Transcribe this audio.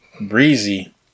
Breezy